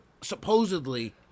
supposedly